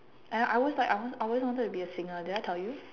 I I always I always wanted to be a singer did I tell you